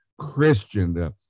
Christian